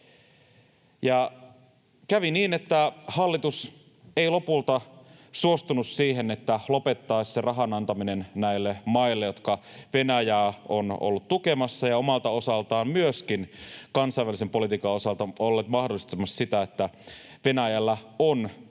kävi niin, että hallitus ei lopulta suostunut siihen, että lopettaa sen rahan antamisen näille maille, jotka Venäjää ovat olleet tukemassa ja omalta osaltaan myöskin kansainvälisen politiikan osalta ovat olleet mahdollistamassa sitä, että Venäjällä on tukea